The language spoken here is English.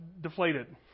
deflated